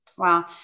Wow